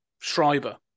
Schreiber